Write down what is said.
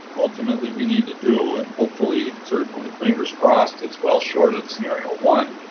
ultimately we need to do and hopefully, certainly, fingers crossed it's well short of scenario one.